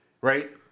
right